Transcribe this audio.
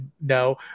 no